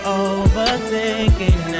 overthinking